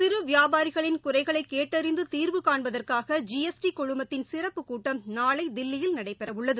சிறுவியாபாரிகளின் குறைகளைகேட்டறிந்துதீர்வு காண்பதற்காக G S T குழுமத்தின் சிறப்புக் கூட்டம் நாளைதில்லியில் நடைபெறவுள்ளது